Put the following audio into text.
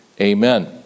Amen